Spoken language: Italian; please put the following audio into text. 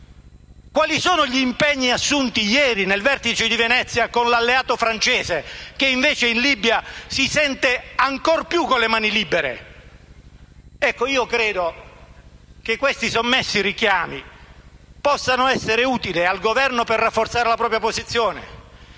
Quali sono gli impegni assunti ieri nel vertice di Venezia con l'alleato francese, che invece in Libia si sente ancor più con le mani libere? Io credo che questi sommessi richiami possano essere utili al Governo per rafforzare la propria posizione,